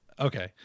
Okay